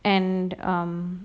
and um